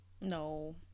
No